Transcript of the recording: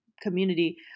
community